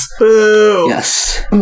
yes